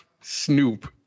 Snoop